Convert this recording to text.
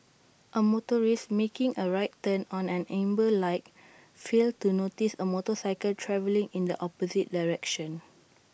A motorist making A right turn on an amber light failed to notice A motorcycle travelling in the opposite direction